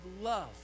love